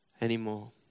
anymore